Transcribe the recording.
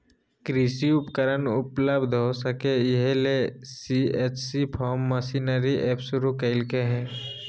कृषि उपकरण उपलब्ध हो सके, इहे ले सी.एच.सी फार्म मशीनरी एप शुरू कैल्के हइ